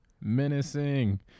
menacing